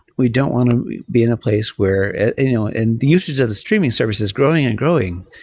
we don't want to be in a place where you know and the usage of the streaming service is growing and growing.